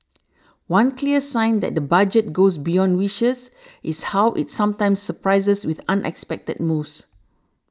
one clear sign that the Budget goes beyond wishes is how it sometimes surprises with unexpected moves